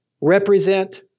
represent